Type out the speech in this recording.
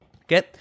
Okay